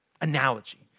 analogy